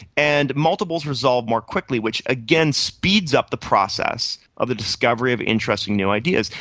and multiples resolve more quickly which, again, speeds up the process of the discovery of interesting new ideas,